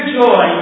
joy